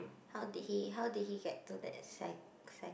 how did he how did he get to that cy~ cy~